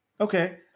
Okay